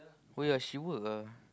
oh ya she work ah